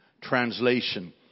Translation